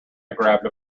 grabbed